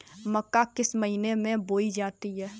मक्का किस महीने में बोई जाती है?